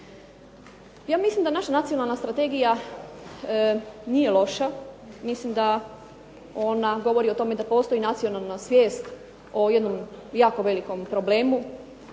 Ja mislim da naša Nacionalna strategija nije loša, mislim da ona govori o tome da postoji nacionalna svijest o jednom jako velikom problemu,